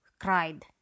cried